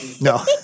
No